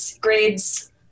grades